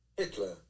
Hitler